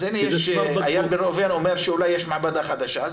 אז איל בן ראובן אומר שאולי יש מעבדה חדשה.